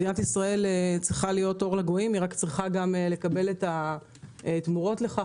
מדינת ישראל צריכה להיות אור לגויים וצריכה גם לקבל את התמורות לכך,